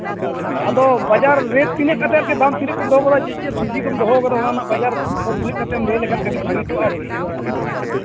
ᱟᱫᱚ ᱵᱟᱡᱟᱨ ᱨᱮᱹᱴ ᱛᱤᱱᱟᱹᱜ ᱠᱟᱛᱮᱫ ᱜᱮ ᱫᱟᱢ ᱪᱮᱫ ᱪᱮᱫ ᱥᱚᱵᱽᱡᱤ ᱠᱚᱢ ᱫᱚᱦᱚ ᱠᱟᱫᱟ ᱚᱱᱟ ᱨᱮᱱᱟᱜ ᱵᱟᱡᱟᱨ ᱠᱚ ᱛᱤᱱᱟᱹᱜ ᱠᱟᱛᱮᱫ ᱮᱢ ᱞᱟᱹᱭ ᱞᱮᱠᱷᱟᱱ ᱟᱨᱠᱤ